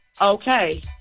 okay